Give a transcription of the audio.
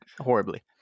horribly